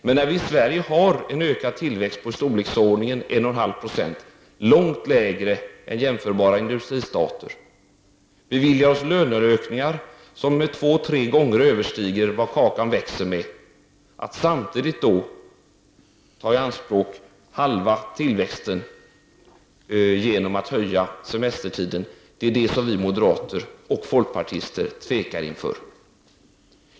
Men i Sverige har vi en ökad tillväxt i storleksordningen 1,5 90, långt mindre än jämförbara industristater, och beviljar oss löneökningar som tvåtre gånger överstiger vad kakan växer med. Att då samtidigt ta i anspråk halva tillväxten genom att förlänga semestertiden är något som vi moderater och folkpartister tvekar inför.